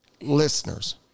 listeners